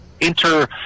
enter